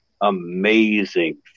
amazing